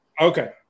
okay